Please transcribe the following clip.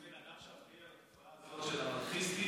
יש בן אדם שאחראי לתופעה הזאת של אנרכיסטים,